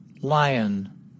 Lion